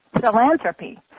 Philanthropy